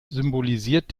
symbolisiert